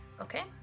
Okay